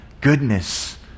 goodness